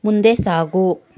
ಮುಂದೆ ಸಾಗು